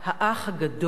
"האח הגדול"